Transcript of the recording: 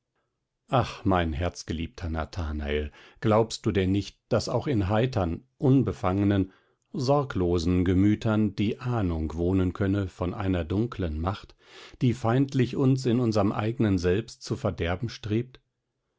ach mein herzgeliebter nathanael glaubst du denn nicht daß auch in heitern unbefangenen sorglosen gemütern die ahnung wohnen könne von einer dunklen macht die feindlich uns in unserm eignen selbst zu verderben strebt